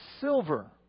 silver